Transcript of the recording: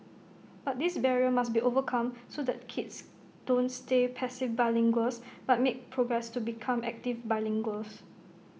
but this barrier must be overcome so that kids don't stay passive bilinguals but make progress to become active bilinguals